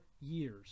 years